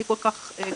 היא כל כך גדולה.